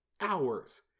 hours